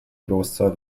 kloster